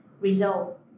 result